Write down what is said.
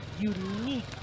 unique